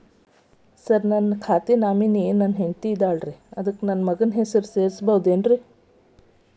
Sir ನನ್ನ account ಗೆ nominee ನನ್ನ ಹೆಂಡ್ತಿ ಇದ್ದಾಳ ಅದಕ್ಕ ನನ್ನ ಮಗನ ಹೆಸರು ಸೇರಸಬಹುದೇನ್ರಿ?